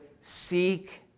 seek